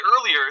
earlier